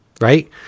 Right